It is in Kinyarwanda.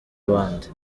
abandi